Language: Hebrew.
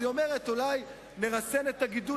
אז היא אומרת: אולי נרסן את הגדול